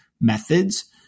methods